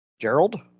Gerald